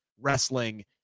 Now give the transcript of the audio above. wrestling